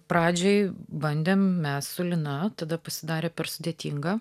pradžioj bandėm mes su lina tada pasidarė per sudėtinga